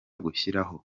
gushyiraho